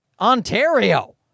Ontario